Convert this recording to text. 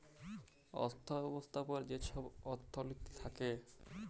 অথ্থ ব্যবস্থার উপর যে ছব অথ্থলিতি থ্যাকে